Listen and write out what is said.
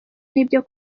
n’ibyo